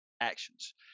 actions